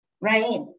right